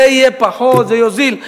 זה יוזיל.